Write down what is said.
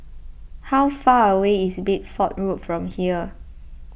how far away is Bedford Road from here